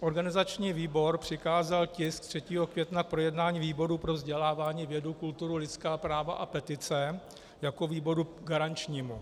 Organizační výbor přikázal tisk 3. května k projednání výboru pro vzdělávání, vědu, kulturu, lidská práva a petice jako výboru garančnímu.